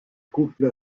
couple